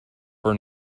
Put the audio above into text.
for